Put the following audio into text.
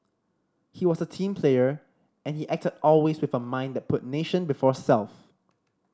he was a team player and he acted always with a mind that put nation before self